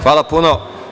Hvala puno.